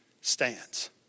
stands